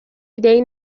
ایدهای